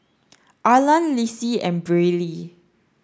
Arland Lissie and Briley